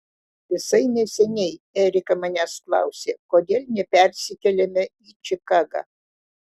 visai neseniai erika manęs klausė kodėl nepersikeliame į čikagą